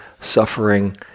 suffering